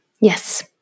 Yes